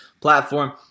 platform